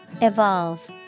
Evolve